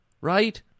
right